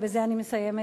ובזה אני מסיימת,